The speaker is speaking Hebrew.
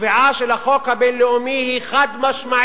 הקביעה של החוק הבין-לאומי היא חד-משמעית: